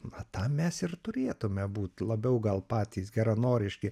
va tą mes ir turėtume būt labiau gal patys geranoriški